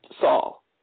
Saul